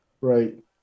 Right